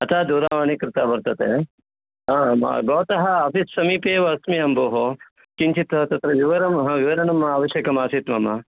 अतः दूरवाणी कृता वर्तते आं भवतः आफ़ीस् समीपे एव अस्मि अहं भोः किञ्चित् तत्र विवरणं ह विवरणम् आवश्यकमासीत् मम